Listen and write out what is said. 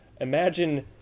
imagine